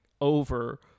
over